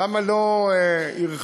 למה לא הרחיבו?